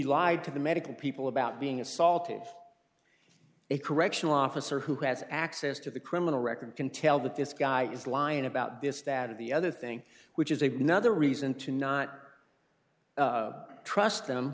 lied to the medical people about being assaultive a correctional officer who has access to the criminal record can tell that this guy is lying about this that or the other thing which is a nother reason to not trust them